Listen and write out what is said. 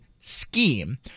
scheme